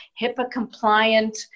HIPAA-compliant